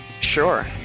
sure